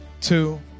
two